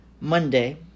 Monday